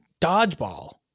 dodgeball